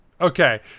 Okay